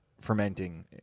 fermenting